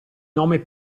nome